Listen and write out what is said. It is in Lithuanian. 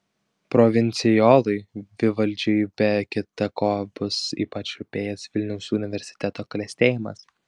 provincijolui vivaldžiui be kita ko bus ypač rūpėjęs vilniaus universiteto klestėjimas